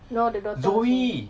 no the daughter also